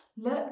Look